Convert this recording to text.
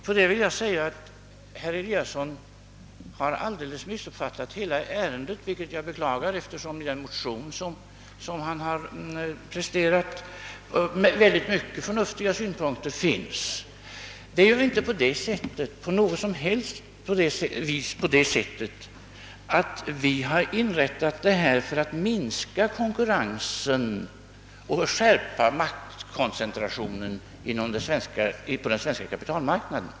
På detta vill jag svara att herr Eliasson missuppfattat hela ärendet, vilket jag beklagar, eftersom det i den motion som han presterat finns många förnufti ga synpunkter. Det är ju inte alls så att vi föreslagit inrättandet av denna bank för att söka minska konkurrensen och skärpa miaktkoncantrationen på den svenska kapitalmarknaden.